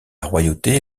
royauté